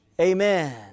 amen